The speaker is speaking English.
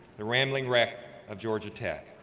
the ramblin wreck of georgia tech.